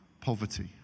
poverty